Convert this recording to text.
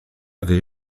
avait